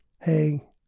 Hey